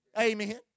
Amen